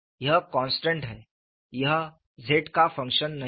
यह कॉन्स्टन्ट है यह Z का फंक्शन नहीं है